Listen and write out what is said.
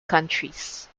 countries